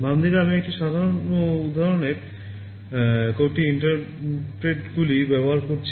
বাম দিকে আমি একটি সাধারণ উদাহরণের কোডটি ইন্টারপ্রেটগুলি ব্যবহার করে দেখছি